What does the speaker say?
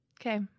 Okay